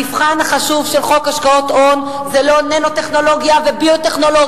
המבחן החשוב של חוק השקעות הון זה לא ננו-טכנולוגיה וביו-טכנולוגיה.